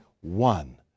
one